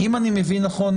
אם אני מבין נכון,